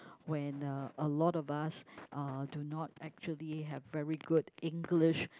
when uh a lot of us uh do not actually have very good English